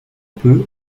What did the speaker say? peu